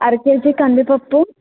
అర కేజీ కందిపప్పు